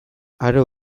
aro